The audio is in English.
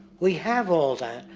we have all,